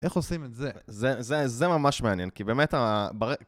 איך עושים את זה? זה, זה, זה ממש מעניין, כי באמת ה...